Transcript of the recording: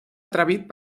atrevit